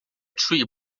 tree